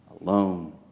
alone